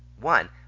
One